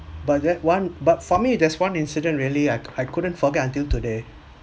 but that one but for me there's one incident really I I couldn't forget until today